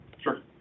Sure